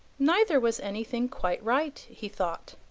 neither was anything quite right, he thought.